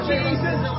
Jesus